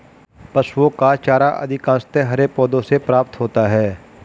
पशुओं का चारा अधिकांशतः हरे पौधों से प्राप्त होता है